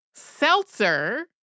Seltzer